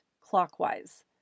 clockwise